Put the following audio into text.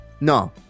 No